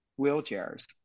wheelchairs